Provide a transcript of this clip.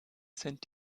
sind